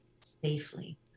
safely